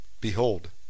Behold